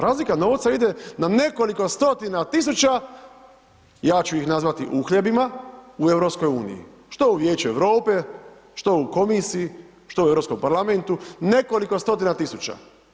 Razlika novca ide na nekoliko stotina tisuća, ja ću ih nazvati uhljebima u EU, što u Vijeću Europe, što u komisiji, što u Europskom parlamentu, nekoliko stotina tisuća.